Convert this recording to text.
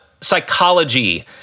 psychology